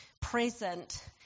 present